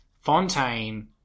Fontaine